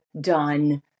done